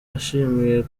yashimiye